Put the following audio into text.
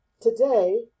Today